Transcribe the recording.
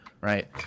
right